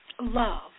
love